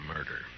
Murder